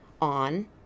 on